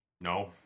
No